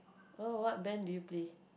oh what band do you play